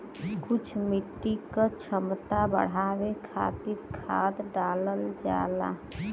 कुछ मिट्टी क क्षमता बढ़ावे खातिर खाद डालल जाला